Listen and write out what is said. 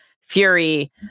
fury